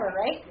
right